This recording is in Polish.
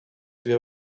dwie